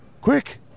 Quick